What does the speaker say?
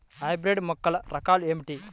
Hybrid మొక్కల రకాలు ఏమిటీ?